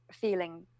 feeling